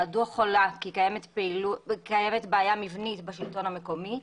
מהדוח עולה כי קיימת בעיה מבנית בשלטון המקומי,